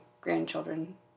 grandchildren